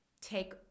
take